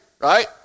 right